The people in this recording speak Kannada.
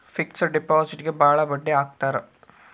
ಫಿಕ್ಸೆಡ್ ಡಿಪಾಸಿಟ್ಗೆ ಭಾಳ ಬಡ್ಡಿ ಹಾಕ್ತರ